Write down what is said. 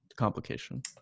complication